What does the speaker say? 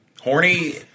Horny